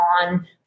on